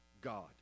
God